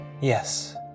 Yes